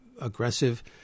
aggressive